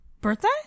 birthday